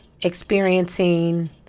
experiencing